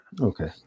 Okay